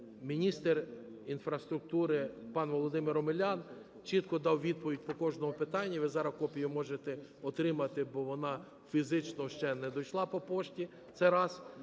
міністр інфраструктури пан Володимир Омелян чітко дав відповідь по кожному питанню, ви зараз копію можете отримати, бо вона фізично ще не дійшла по пошті.